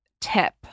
tip